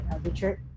Richard